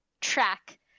track